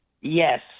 Yes